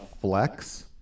flex